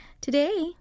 Today